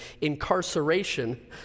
incarceration